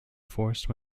forced